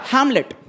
Hamlet